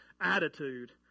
attitude